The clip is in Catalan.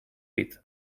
pit